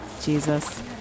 Jesus